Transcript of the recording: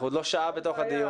אנחנו עוד לא שעה בתוך הדיון.